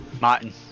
Martin